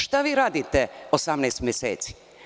Šta vi radite 18 meseci?